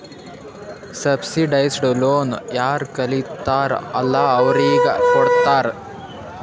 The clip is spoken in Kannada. ಸಬ್ಸಿಡೈಸ್ಡ್ ಲೋನ್ ಯಾರ್ ಕಲಿತಾರ್ ಅಲ್ಲಾ ಅವ್ರಿಗ ಕೊಡ್ತಾರ್